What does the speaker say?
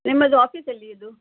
ನಿಮ್ಮದು ಆಫೀಸ್ ಎಲ್ಲಿ ಇದು